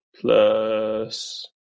plus